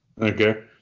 Okay